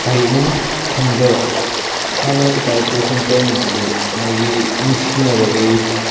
ꯍꯥꯏꯐꯝ ꯈꯪꯗꯕ ꯍꯥꯟꯅ ꯏꯄꯥ ꯏꯄꯨꯁꯤꯡ ꯇꯧꯔꯝꯃꯤꯗꯨꯗꯤ ꯃꯥꯒꯤ ꯅꯨꯡꯁꯤꯅꯕꯒꯤ